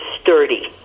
sturdy